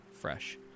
fresh